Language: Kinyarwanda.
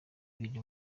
biri